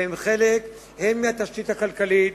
והם חלק הן מהתשתית הכלכלית,